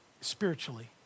spiritually